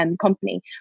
company